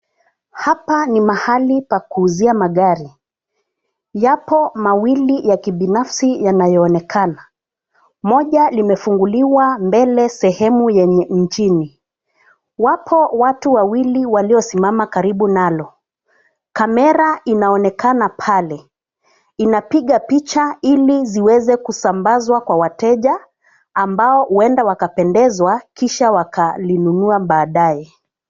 Hapa ni mahali pa kuuzia magari, yapo mawili ya kibinafsi yanayoonekana, Moja limefunguliwa mbele sehemu yenye injini. Wapo watu wawili waliosimama karibu nalo. Kamera inaonekana pale, inapiga picha ili ziweze kusambazwa kwa wateja, ambao huenda wakapendezwa kisha wakalinunua baadaye.